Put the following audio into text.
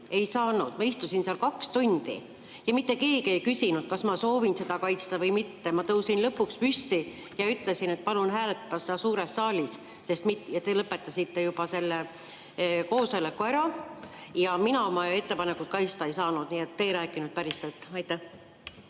ei saanud! Ma istusin seal kaks tundi ja mitte keegi ei küsinud, kas ma soovin seda kaitsta või mitte. Ma tõusin lõpuks püsti ja ütlesin, et palun hääletada seda suures saalis, sest te lõpetasite koosoleku ära ja mina oma ettepanekuid kaitsta ei saanud. Nii et te ei rääkinud päris tõtt. Aitäh!